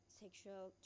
sexual